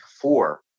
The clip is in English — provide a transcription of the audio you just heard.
four